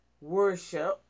Worship